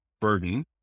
burden